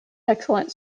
excellent